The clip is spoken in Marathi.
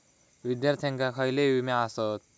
विद्यार्थ्यांका खयले विमे आसत?